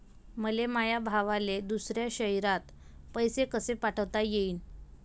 मले माया भावाले दुसऱ्या शयरात पैसे कसे पाठवता येईन?